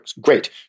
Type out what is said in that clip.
Great